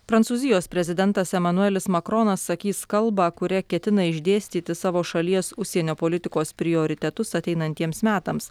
prancūzijos prezidentas emanuelis makronas sakys kalbą kuria ketina išdėstyti savo šalies užsienio politikos prioritetus ateinantiems metams